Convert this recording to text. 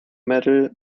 medal